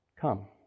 come